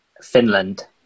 Finland